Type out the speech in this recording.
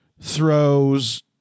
throws